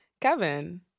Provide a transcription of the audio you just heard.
Kevin